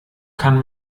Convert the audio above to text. kann